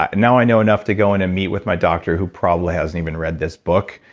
ah now i know enough to go on and meet with my doctor who probably hasn't even read this book,